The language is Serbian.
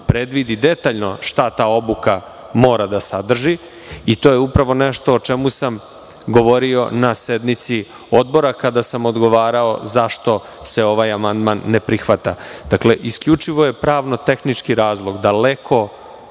predvidi detaljno šta ta odluka mora da sadrži i to je nešto o čemu sam govorio na sednici odbora kada sam odgovarao zašto se ovaj amandman ne prihvata. Dakle, isključivo je pravno tehnički razloga.